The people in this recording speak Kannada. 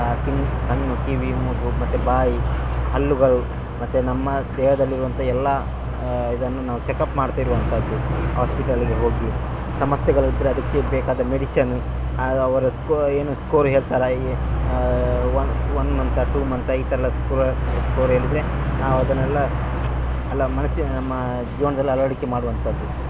ಕಿವಿ ಕಣ್ಣು ಕಿವಿ ಮೂಗು ಮತ್ತು ಬಾಯಿ ಹಲ್ಲುಗಳು ಮತ್ತು ನಮ್ಮ ದೇಹದಲ್ಲಿರುವಂಥ ಎಲ್ಲಾ ಇದನ್ನು ನಾವು ಚೆಕ್ಅಪ್ ಮಾಡ್ತಿರುವಂಥದ್ದು ಆಸ್ಪಿಟಲ್ಗೆ ಹೋಗಿ ಸಮಸ್ಯೆಗಳಿದ್ದರೆ ಅದಕ್ಕೆ ಬೇಕಾದ ಮೆಡಿಸನ್ ಹಾಗು ಅವರ ವನ್ ಮಂತಾ ಟು ಮಂತಾ ಈ ಥರ ಹೇಳಿದ್ರೆ ನಾವು ಅದನ್ನೆಲ್ಲ ಅಲ್ಲ ಮನ್ಸ್ ಮ ಜೀವನದಲ್ಲಿ ಅಳವಡಿಕೆ ಮಾಡುವಂಥದ್ದು